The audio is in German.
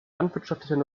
landwirtschaftlicher